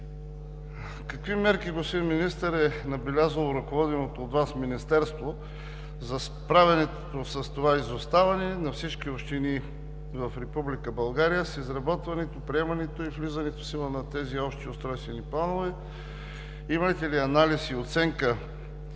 какви мерки е набелязало ръководеното от Вас Министерство за справянето с това изоставане на всички общини в Република България с изработването, приемането и влизането в сила на тези общи устройствени планове? Имате ли анализ и оценка